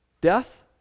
Death